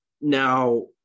now